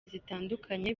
zitandukanye